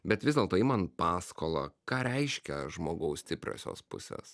bet vis dėlto imant paskolą ką reiškia žmogaus stipriosios pusės